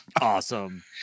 Awesome